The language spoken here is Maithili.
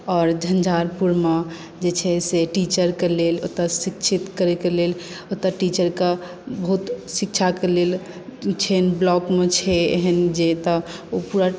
और झंझारपुर मे जे छै से टीचर के लेल ओतय शिक्षित करै के लेल ओतय टीचर के बहुत शिक्षा के लेल छनि ब्लॉक मे छै एहन जे तऽ ओ पूरा